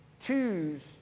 Choose